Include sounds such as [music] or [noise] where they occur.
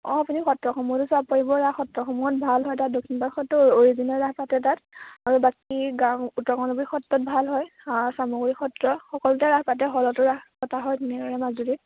অঁ আপুনি সত্ৰসমূহতো চাব পাৰিব ৰাস সত্ৰসমূহত ভাল হয় তাত দক্ষিণপাট সত্ৰ অ'ৰিজিনেল ৰাস পাতে তাত আৰু বাকী গাঁও উত্তৰ কমলাবাৰী সত্ৰত ভাল হয় চামগুৰি সত্ৰ সকলোতে ৰাস পাতে [unintelligible] ৰাস পতা হয় ধুনীয়াকৈ মাজুলীত